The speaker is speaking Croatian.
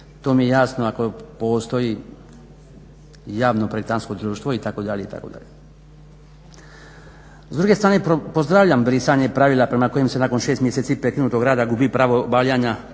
to mi je jasno, ako postoji javno-projektantsko društvo itd. itd. S druge strane pozdravljam brisanje pravila prema kojim se nakon 6 mjeseci prekinutog rada gubi pravo obavljanja